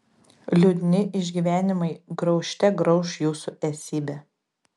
liūdni išgyvenimai graužte grauš jūsų esybę